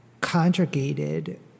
conjugated